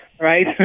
right